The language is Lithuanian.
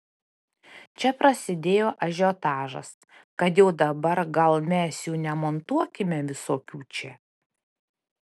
čia prasidėjo ažiotažas kad jau dabar gal mes jų nemontuokime visokių čia